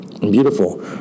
Beautiful